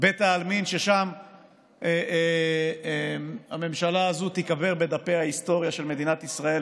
בית העלמין ששם הממשלה הזאת תיקבר בדפי ההיסטוריה של מדינת ישראל,